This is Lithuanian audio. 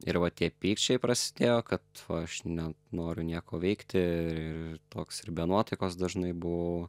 ir va tie pykčiai prasidėjo kad va aš ne noriu nieko veikti ir ir ir toks ir be nuotaikos dažnai buvau